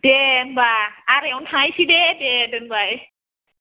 दे होनबा आराइआवनो थांनायसै दे दोनबाय